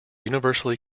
universally